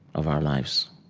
of our lives